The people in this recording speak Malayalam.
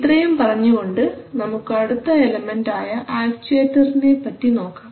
ഇത്രയും പറഞ്ഞുകൊണ്ട് നമുക്ക് അടുത്ത എലമെൻറ് ആയ ആക്ച്ചുവേറ്ററിനെപറ്റി നോക്കാം